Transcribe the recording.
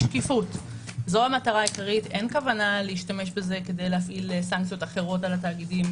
אין כוונה להשתמש בזה כדי להפעיל סנקציות אחרות על התאגידים